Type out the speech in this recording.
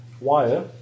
Wire